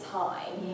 time